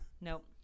nope